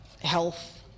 health